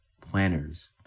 planners